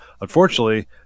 Unfortunately